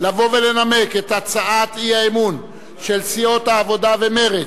לבוא ולנמק את הצעת האי-אמון של סיעות העבודה ומרצ,